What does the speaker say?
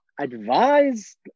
advised